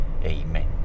Amen